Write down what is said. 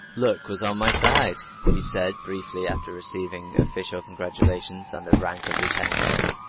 luck was on my side, he said briefly after receiving official congratulations, and the rank of lieutenant colonel.